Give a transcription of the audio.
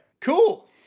Cool